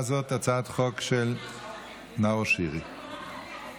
במוסדות מסוימים של מי שהורשע או הואשם באלימות כלפי ילדים וחסרי ישע,